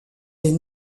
est